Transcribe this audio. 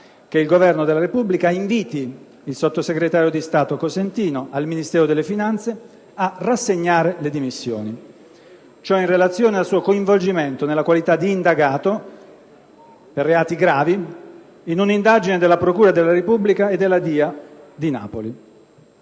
che il Governo della Repubblica inviti il sottosegretario di Stato per l'economia e le finanze Cosentino a rassegnare le dimissioni; ciò in relazione al suo coinvolgimento, nella qualità di indagato per reati gravi, in un'indagine della procura della Repubblica e della DIA di Napoli.